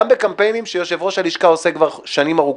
גם בקמפיינים שיושב-ראש הלשכה עושה כבר שנים ארוכות.